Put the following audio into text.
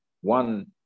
one